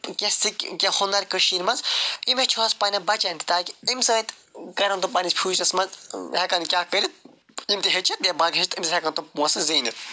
کیٚنٛہہ سِک کیٚنٛہہ ہُنر کٔشیٖرِ منٛز یِم ہیٚچھوا أسۍ پنٕنٮ۪ن بچن تہِ تاکہِ اَمہِ سۭتۍ کَرن تِم پنٕنِس فیٛوٗچرس منٛز ہٮ۪کن کیٛاہ کٔرِتھ یِم تہِ ہیٚچھِتھ بیٚیہِ باقٕے ہیٚچھِتھ اَمہٕ سۭتۍ ہٮ۪کن تِم پونٛسہٕ زیٖنِتھ